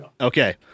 Okay